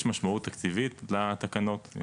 יש משמעות תקציבית לתקנות.